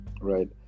right